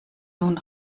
nun